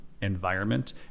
environment